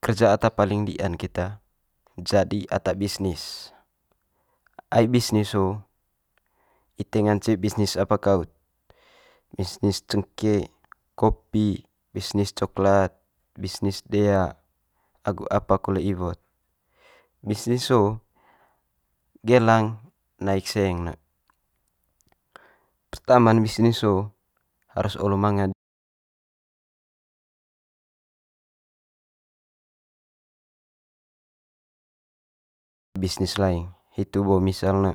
kerja ata paling dia'n keta jadi ata bisnis, ai bisnis ho ite ngance bisnis apa kaut. Bisnis cengke, kopi, bisnis coklat, bisnis dea agu apa kole iwo'd, bisnis ho gelang naik seng ne. Pertama'n bisnis ho harus olo manga bisnis lain, hitu bo misal ne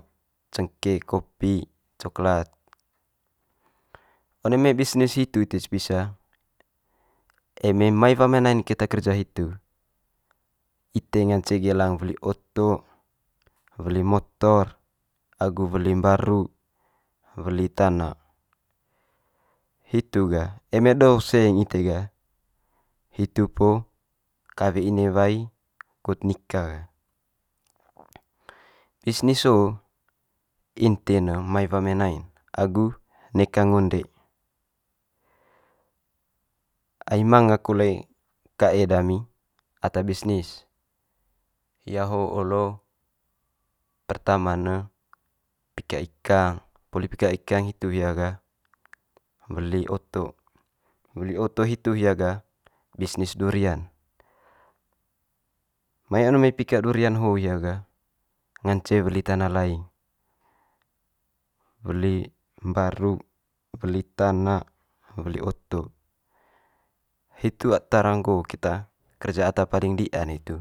cengke, kopi, coklat. One mai bisnis hitu ite sepisa eme mai wa mai nain keta kerja hitu, ite ngance gelang weli oto, weli motor agu weli mbaru, agu weli tana. Hitu gah eme do seng ite gah hitu po kawe ine wai kut nika ga. bisnis ho inti'n ne mai wa mai nai'n agu neka ngonde, ai manga kole kae dami ata bisnis. Hia ho olo pertama;n ne pika ikang, poli pika ikang hitu hia gah weli oto. Weli oto hitu hia gah bisnis durian, mai one mai pika durian ho hia gah ngance weli tana laing, weli mbaru, weli tana, weli oto. Hitu tara nggo keta kerja ata paling dia'n hitu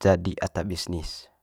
jadi ata bisnis.